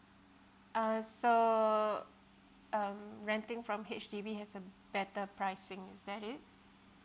err so um renting from H_D_B has a better pricing is that it